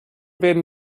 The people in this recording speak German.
werden